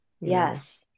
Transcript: Yes